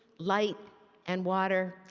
light and water,